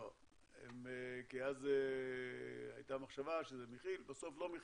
לא, הייתה מחשבה שזה מכיל, בסוף לא מכיל,